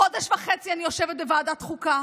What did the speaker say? חודש וחצי אני יושבת בוועדת חוקה